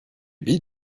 billes